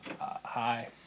Hi